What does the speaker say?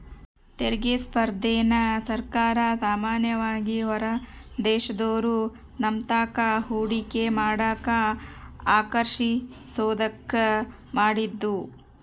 ತೆರಿಗೆ ಸ್ಪರ್ಧೆನ ಸರ್ಕಾರ ಸಾಮಾನ್ಯವಾಗಿ ಹೊರದೇಶದೋರು ನಮ್ತಾಕ ಹೂಡಿಕೆ ಮಾಡಕ ಆಕರ್ಷಿಸೋದ್ಕ ಮಾಡಿದ್ದು